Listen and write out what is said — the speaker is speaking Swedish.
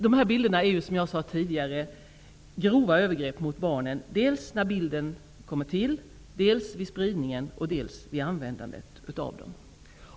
De här bilderna utgör grova övergrepp mot barnen, såväl när bilden kommer till, som vid spridningen och vid användandet av dem.